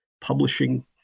publishing